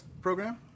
program